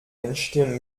entstehen